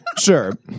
Sure